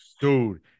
Dude